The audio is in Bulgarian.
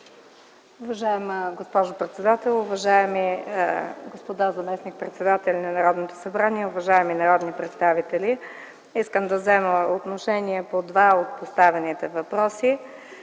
Уважаема госпожо председател, уважаеми господа заместник-председатели на Народното събрание, уважаеми народни представители! Искам да взема отношение по два от поставените въпроси.